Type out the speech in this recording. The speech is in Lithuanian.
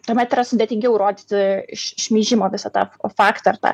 tuomet yra sudėtingiau įrodytų šmeižimo visą tą faktą ar tą